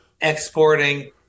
exporting